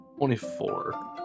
24